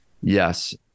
Yes